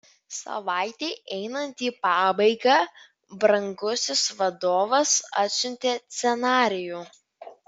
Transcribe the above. savaitei einant į pabaigą brangusis vadovas atsiuntė scenarijų